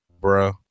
bro